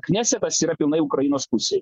knesetas yra pilnai ukrainos pusėj